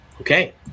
Okay